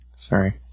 Sorry